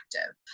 active